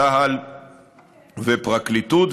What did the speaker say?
צה"ל והפרקליטות.